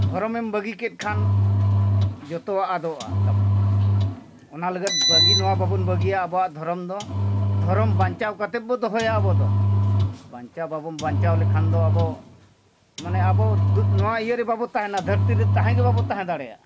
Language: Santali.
ᱫᱷᱚᱨᱚᱢᱮᱢ ᱵᱟᱹᱜᱤ ᱠᱮᱫ ᱠᱷᱟᱱ ᱡᱚᱛᱚᱣᱟᱜ ᱟᱫᱚᱜᱼᱟ ᱛᱟᱵᱚᱱ ᱚᱱᱟ ᱞᱟᱹᱜᱤᱫ ᱵᱟᱹᱜᱤ ᱱᱚᱣᱟ ᱵᱟᱵᱚᱱ ᱵᱟᱹᱜᱤᱭᱟ ᱟᱵᱚᱣᱟᱜ ᱫᱷᱚᱨᱚᱢ ᱫᱚ ᱫᱷᱚᱨᱚᱢ ᱵᱟᱧᱪᱟᱣ ᱠᱟᱛᱮ ᱵᱚ ᱫᱚᱦᱚᱭᱟ ᱟᱵᱚ ᱫᱚ ᱵᱟᱧᱪᱟᱣ ᱵᱟᱵᱚᱱ ᱵᱟᱧᱪᱟᱣ ᱞᱮᱠᱷᱟᱱ ᱫᱚ ᱟᱵᱚ ᱢᱟᱱᱮ ᱟᱵᱚ ᱱᱚᱣᱟ ᱤᱭᱟᱹ ᱨᱮ ᱵᱟᱵᱚ ᱛᱟᱦᱮᱱᱟ ᱫᱷᱟᱹᱨᱛᱤ ᱨᱮ ᱛᱟᱦᱮᱸ ᱜᱮ ᱵᱟᱵᱚ ᱛᱟᱦᱮᱸ ᱫᱟᱲᱮᱭᱟᱜᱼᱟ